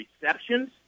receptions